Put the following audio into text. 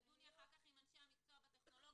תדוני אחר כך עם אנשי המקצוע בטכנולוגיה.